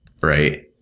right